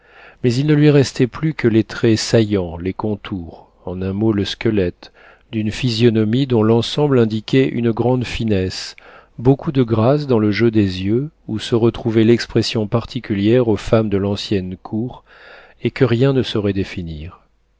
mais il ne lui restait plus que les traits saillants les contours en un mot le squelette d'une physionomie dont l'ensemble indiquait une grande finesse beaucoup de grâce dans le jeu des yeux où se retrouvait l'expression particulière aux femmes de l'ancienne cour et que rien ne saurait définir